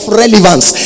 relevance